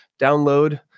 download